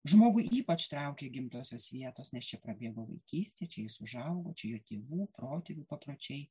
žmogų ypač traukia gimtosios vietos nes čia prabėgo vaikystė čia jis užaugo čia jo tėvų protėvių papročiai